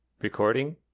Recording